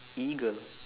eagle